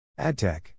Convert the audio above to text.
AdTech